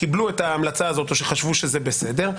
קיבלו את ההמלצה הזאת או שחשבו שזה בסדר?